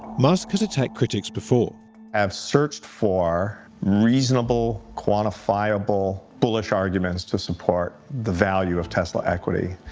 musk has attacked critics before. i have searched for reasonable, quantifiable, bullish arguments to support the value of tesla equity,